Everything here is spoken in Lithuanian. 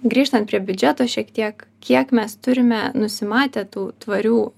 grįžtant prie biudžeto šiek tiek kiek mes turime nusimatę tų tvarių